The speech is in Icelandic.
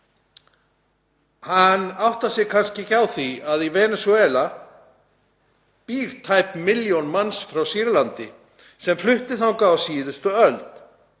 Hann áttar sig kannski ekki á því að í Venesúela býr tæp milljón manns frá Sýrlandi sem flutti þangað á síðustu öld.